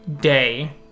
day